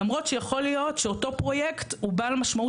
למרות שיכול להיות שאותו פרויקט הוא בעל משמעות